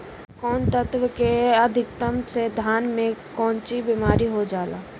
कौन तत्व के अधिकता से धान में कोनची बीमारी हो जाला?